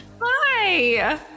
Hi